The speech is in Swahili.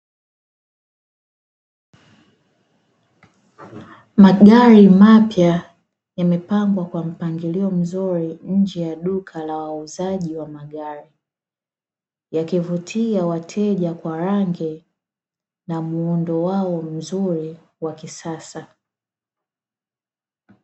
Magari mapya yamepangwa kwa mpangilio mzuri nje ya duka la wauzaji wa magari, yakivutia wateja kwa rangi na muundo wao mzuri wa kisasa.